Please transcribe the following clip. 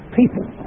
people